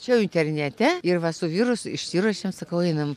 čiau internete ir va su vyru su išsiruošėm sakau einam